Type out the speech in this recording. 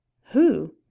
who?